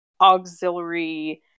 auxiliary